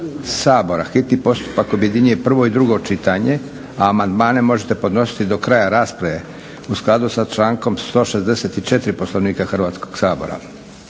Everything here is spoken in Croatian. sabora hitni postupak objedinjuje prvo i drugo čitanje, a amandmane možete podnositi do kraja rasprave u skladu sa člankom 164. Poslovnika Hrvatskog sabora.